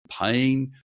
pain